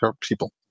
people